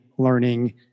learning